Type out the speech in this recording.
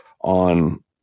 on